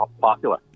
popular